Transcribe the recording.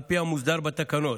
על פי המוסדר בתקנות.